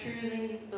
truly